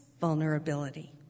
vulnerability